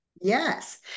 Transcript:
Yes